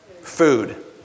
food